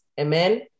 amen